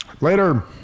Later